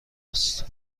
است